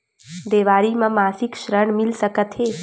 देवारी म मासिक ऋण मिल सकत हे?